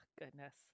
goodness